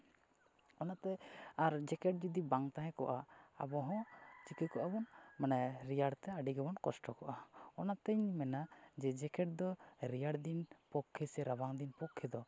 ᱚᱱᱟᱛᱮ ᱟᱨ ᱡᱮᱠᱮᱴ ᱡᱩᱫᱤ ᱵᱟᱝ ᱛᱟᱦᱮᱸ ᱠᱚᱜᱼᱟ ᱟᱵᱚ ᱦᱚᱸ ᱪᱤᱠᱟᱹ ᱠᱚᱜᱼᱟ ᱵᱚᱱ ᱢᱟᱱᱮ ᱨᱮᱭᱟᱲᱛᱮ ᱟᱹᱰᱤ ᱜᱮᱵᱚᱱ ᱠᱚᱥᱴᱚ ᱠᱚᱜᱼᱟ ᱚᱱᱟᱛᱤᱧ ᱢᱮᱱᱟ ᱡᱮ ᱡᱮᱠᱮᱴ ᱫᱚ ᱨᱮᱭᱟᱲ ᱫᱤᱱ ᱯᱚᱠᱠᱷᱮ ᱥᱮ ᱨᱟᱵᱟᱝ ᱫᱤᱱ ᱯᱚᱠᱠᱷᱮ ᱫᱚ